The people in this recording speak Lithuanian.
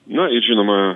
na ir žinoma